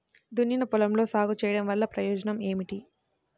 దున్నిన పొలంలో సాగు చేయడం వల్ల ప్రయోజనం ఏమిటి?